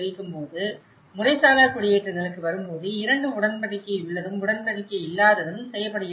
இப்போது முறைசாரா குடியேற்றங்களுக்கு வரும்போது இரண்டு உடன்படிக்கையுள்ளதும் உடன்படிக்கையில்லாததும் செய்யப்படுகின்றன